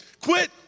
Quit